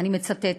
אני מצטטת: